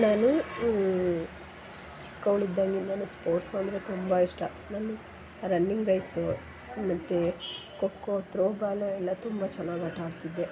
ನಾನು ಚಿಕ್ಕವಳು ಇದ್ದಾಗಿಂದನು ಸ್ಪೋರ್ಟ್ಸ್ ಅಂದರೆ ತುಂಬ ಇಷ್ಟ ನಾನು ರನ್ನಿಂಗ್ ರೇಸು ಮತ್ತು ಖೋಖೋ ತ್ರೋಬಾಲು ಎಲ್ಲ ತುಂಬ ಚೆನ್ನಾಗಿ ಆಟ ಆಡ್ತಿದ್ದೆ